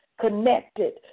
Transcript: connected